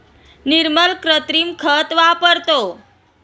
निर्मल कृत्रिम खत वापरतो